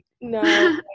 no